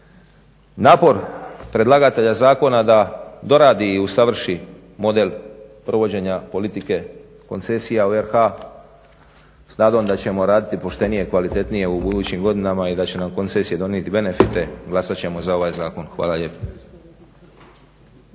napor predlagatelja zakona da doradi i usavrši model provođenja politike koncesija u RH, s nadom da ćemo raditi poštenije, kvalitetnije u budućim godinama i da će nam koncesije donijeti benefite, glasat ćemo za ovaj zakon. Hvala lijepo.